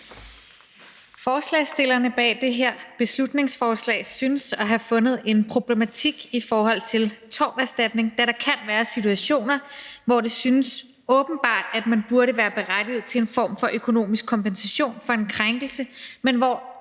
Forslagsstillerne bag det her beslutningsforslag synes at have fundet en problematik i forhold til torterstatning, da der kan være situationer, hvor det synes åbenbart, at man burde være berettiget til en form for økonomisk kompensation for en krænkelse, men hvor